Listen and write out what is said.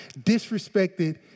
disrespected